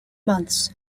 months